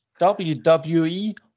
WWE